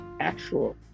actual